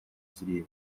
зрения